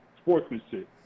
sportsmanship